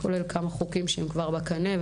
כמה חוקים כבר בקנה,